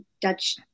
Dutch